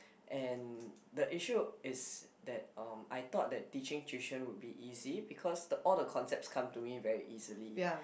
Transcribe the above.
and the issue is that um I thought that teaching tuition would be easy because all the concepts come to me very easily